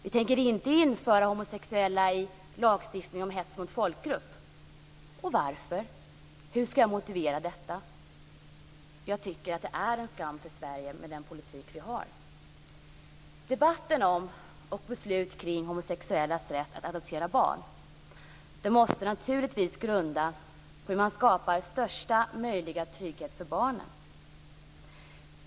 Vi tänker inte införa homosexuella i lagstiftningen om hets mot folkgrupp. Varför? Hur skall jag motivera detta? Jag tycker att den politik vi har är en skam för Sverige. Debatten och beslutet kring homosexuellas rätt att adoptera barn måste naturligtvis grundas på hur man skapar största möjliga trygghet för barnen.